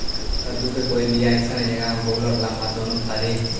कददु के कोइ बियाह अइसन है कि जेकरा में गोल औ लमबा दोनो फरे?